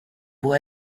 può